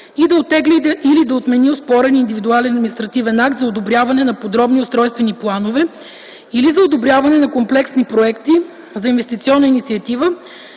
или да отмени оспорен индивидуален административен акт за одобряване на подробни устройствени планове, или за одобряване на комплексни проекти за инвестиционна инициатива,